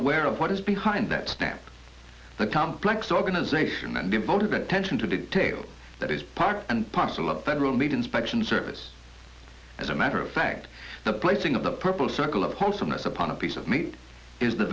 aware of what is behind that stamp the complex organization and devote a great attention to detail that is part and parcel of the federal meat inspection service as a matter of fact the placing of the purple circle of wholesomeness upon a piece of meat is the